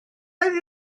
oedd